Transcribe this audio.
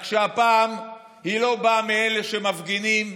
רק שהפעם היא לא באה מאלה שמפגינים,